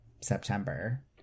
September